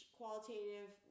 qualitative